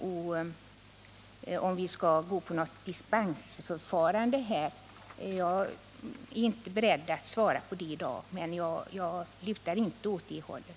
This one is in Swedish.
Jag är inte beredd att i dag svara på frågan om vi skall gå med på ett dispensförfarande, men jag lutar inte åt det hållet.